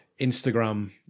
Instagram